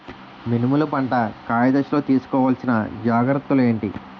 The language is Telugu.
మినుములు పంట కాయ దశలో తిస్కోవాలసిన జాగ్రత్తలు ఏంటి?